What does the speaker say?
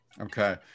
Okay